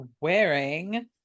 wearing